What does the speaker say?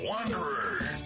Wanderers